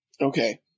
Okay